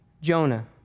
Jonah